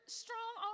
strong